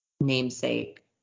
namesake